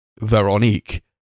veronique